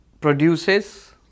produces